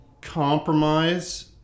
compromise